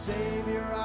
Savior